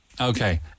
Okay